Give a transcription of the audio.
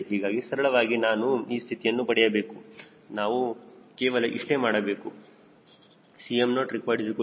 ಹೀಗಾಗಿ ಸರಳವಾಗಿ ನಾನು ಈ ಸ್ಥಿತಿಯನ್ನು ಪಡೆಯಬಹುದು ನಾನು ಕೇವಲ ಇಷ್ಟೇ ಮಾಡಬೇಕಾಗುತ್ತದೆ 𝐶moreqd 0